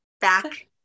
back